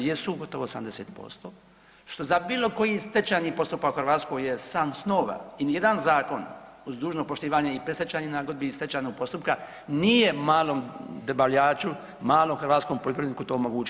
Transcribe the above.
Jesu gotovo 80% što za bilo koji stečajni postupak u Hrvatskoj je san snova i ni jedan zakon uz dužno poštivanje i predstečajnih nagodbi i stečajnog postupka nije malom dobavljaču, malom hrvatskom poljoprivredniku to omogućio.